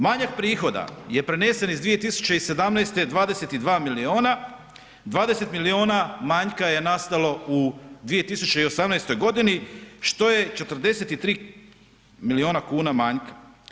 Manjak prihoda je prenesen iz 2017. 22 milijuna, 20 milijuna manjka je nastalo u 2018.g. što je 43 milijuna kuna manjka.